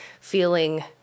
feeling